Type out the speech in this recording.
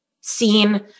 seen